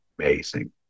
amazing